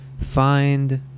find